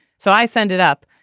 so i send it up.